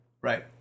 right